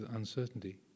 uncertainty